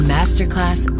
Masterclass